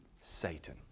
Satan